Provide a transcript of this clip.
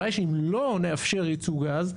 הבעיה היא שאם לא נאפשר ייצוא גז,